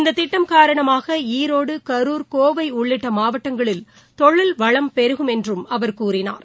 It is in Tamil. இந்த திட்டம் காரணமாக ஈரோடு கருர் கோவை உள்ளிட்ட மாவட்டங்களில் தொழில்வளம் பெருகும் என்றும் அவர் கூறினார்